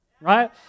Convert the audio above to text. right